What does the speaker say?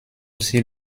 aussi